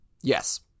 yes